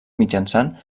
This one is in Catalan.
mitjançant